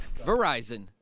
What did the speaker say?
Verizon